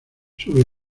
sobre